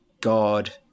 God